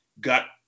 got